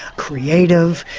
creative,